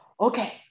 okay